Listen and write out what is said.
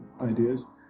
ideas